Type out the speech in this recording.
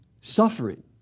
suffering